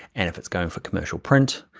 and if it's going for commercial print,